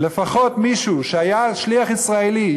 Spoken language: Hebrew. לפחות מישהו שהיה שליח ישראלי,